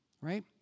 right